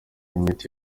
imiti